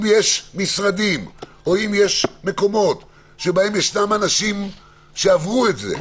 אם יש משרדים או מקומות שבהם יש אנשים שעברו את זה,